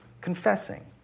confessing